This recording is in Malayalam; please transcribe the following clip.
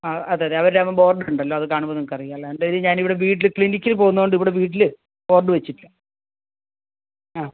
ആ അതെ അതെ അവരാകുമ്പോൾ ബോർഡ് ഉണ്ടല്ലോ അതുകാണുമ്പോൾ നിങ്ങക്കറിയാലോ ഡെയിലി ഞാനിവിടെ വീട്ടിൽ ക്ലിനിക്കിൽ പോകുന്നത് കൊണ്ട് ഇവിടെ വീട്ടിൽ ബോർഡ് വച്ചിട്ടില്ല ആ